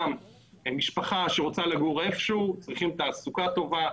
משפחה שרוצה לגור במקום זקוקה לתעסוקה טובה,